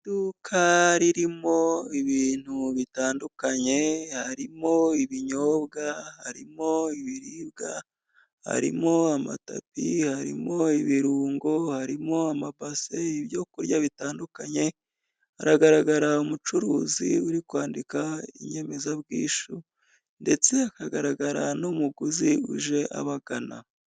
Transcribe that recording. Iduka ririmo ibintu bitandukanye, harimo ibinyobwa, harimo nibiribwa, harimo amatapi, harimo ibirungo, harimo amabase, ibyo kurya bitandukanye, haragaragara umucuruzi uri kwandika inyemezabwishu, ndetse hakagaragara n'umuguzi uje abagana.